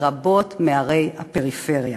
ברבות מערי הפריפריה.